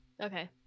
okay